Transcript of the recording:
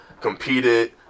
competed